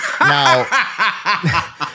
Now